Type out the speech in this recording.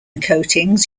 coatings